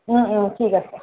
ও ও ঠিক আছে